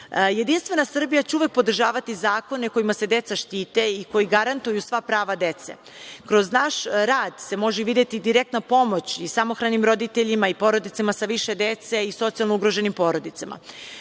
nas. Jedinstvena Srbija će uvek podržavati zakone kojima se deca štite i koji garantuju sva prava dece. Kroz naš rad se može videti direktna pomoć i samohranim roditeljima i porodicama sa više dece i socijalno ugroženim porodicama.